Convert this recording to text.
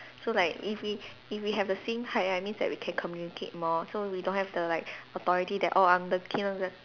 so like if we if we have the same height right means that we can communicate more so we don't have the like authority that oh I'm the Kindergar~